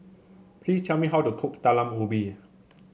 please tell me how to cook Talam Ubi